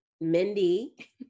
mindy